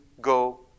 go